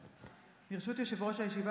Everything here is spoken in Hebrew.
ברשות יושב-ראש הישיבה,